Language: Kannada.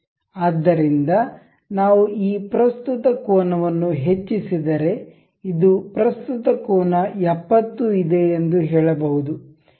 ಆದ್ದರಿಂದ ನಾವು ಈ ಪ್ರಸ್ತುತ ಕೋನವನ್ನು ಹೆಚ್ಚಿಸಿದರೆ ಇದು ಪ್ರಸ್ತುತ ಕೋನ 70 ಇದೆ ಎಂದು ಹೇಳಬಹುದು